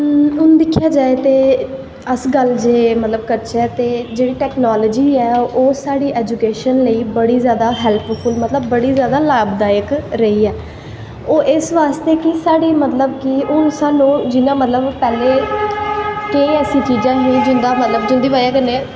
हून दिक्खेआ जाए जे हून अस गल्ल जे करचै ते जेह्ड़ी टैकनॉलजी ऐ ओह् साढ़ी ऐजुकेशन लेई बड़ी हैलिपफुल ऐ बड़ी जादा लाभदायक रेही ऐ ओह् इस बास्ते कि जियां साह्नू पैह्लैं केंईं ऐसियां चीज़ां हियां जिंदी बज़ह् कन्नैं